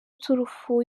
turufu